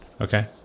Okay